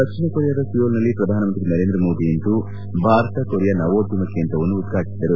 ದಕ್ಷಿಣ ಕೊರಿಯಾದ ಸಿಯೋಲ್ನಲ್ಲಿ ಪ್ರಧಾನಮಂತ್ರಿ ನರೇಂದ್ರ ಮೋದಿ ಇಂದು ಭಾರತ ಕೊರಿಯಾ ನವೋದ್ಯಮ ಕೇಂದ್ರವನ್ನು ಉದ್ಘಾಟಿಸಿದರು